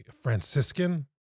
Franciscan